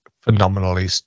phenomenally